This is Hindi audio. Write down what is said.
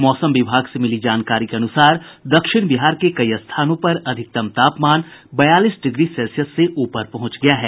मौसम विभाग से मिली जानकारी के अनुसार दक्षिण बिहार के कई स्थानों पर अधिकतम तापमान बयालीस डिग्री सेल्सियस से ऊपर पहुंच गया है